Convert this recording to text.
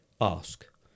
ask